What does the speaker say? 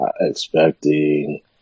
expecting